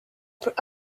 plus